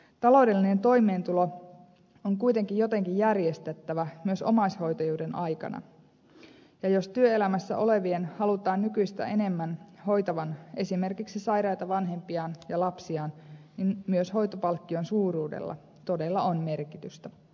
taloudellinen toimeentulo on kuitenkin jotenkin järjestettävä myös omaishoitajuuden aikana ja jos työelämässä olevien halutaan nykyistä enemmän hoitavan esimerkiksi sairaita vanhempiaan ja lapsiaan niin myös hoitopalkkion suuruudella todella on merkitystä